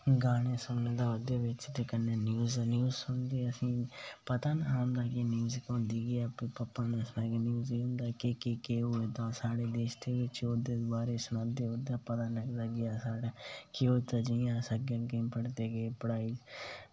ते गाने सुनदा हा ओह्दे बिच ते कन्नै न्यूज़ बी सुनदे हे ओह्दे बिच ते पता बी निहा की न्यूज़ होंदी केह् ऐ क्योंकि हून ते साढ़े देश च ओह्दे बारै ई सनांदे ते पता लगदा बी ऐ कि केह् होआ दा जियां कि अस अग्गें अग्गें बधदे गे पढ़ाई